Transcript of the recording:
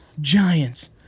Giants